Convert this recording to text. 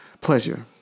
pleasure